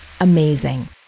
Amazing